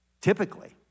typically